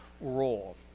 role